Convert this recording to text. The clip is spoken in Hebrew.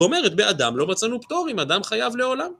‫אומרת, באדם לא מצאנו פטור ‫אם אדם חייב לעולם?